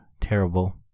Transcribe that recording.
terrible